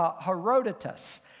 Herodotus